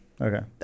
Okay